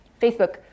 Facebook